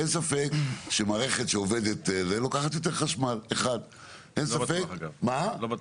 ואין ספק שמערכת שעובדת ככה לוקחת יותר חשמל --- לא בטוח.